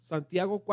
Santiago